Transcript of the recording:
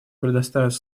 предоставить